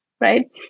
right